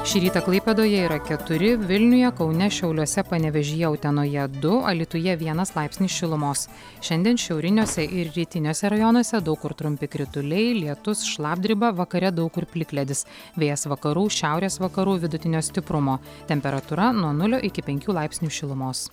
šį rytą klaipėdoje yra keturi vilniuje kaune šiauliuose panevėžyje utenoje du alytuje vienas laipsnis šilumos šiandien šiauriniuose ir rytiniuose rajonuose daug kur trumpi krituliai lietus šlapdriba vakare daug kur plikledis vėjas vakarų šiaurės vakarų vidutinio stiprumo temperatūra nuo nulio iki penkių laipsnių šilumos